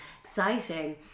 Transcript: Exciting